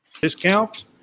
discount